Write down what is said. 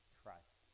trust